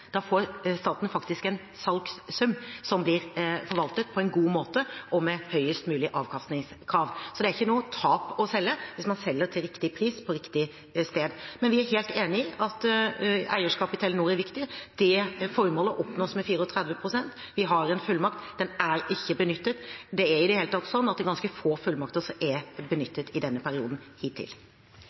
Da får staten faktisk en salgssum som blir forvaltet på en god måte, og med høyest mulig avkastningskrav. Så det er ikke noe tap å selge, hvis man selger til riktig pris på riktig sted. Men vi er helt enig i at eierskap i Telenor er viktig. Det formålet oppnås med 34 pst. Vi har en fullmakt. Den er ikke benyttet – det er i det hele tatt sånn at det er ganske få fullmakter som er benyttet hittil i denne perioden.